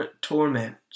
torment